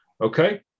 Okay